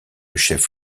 chef